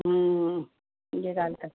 हूं हूं हीअ ॻाल्हि त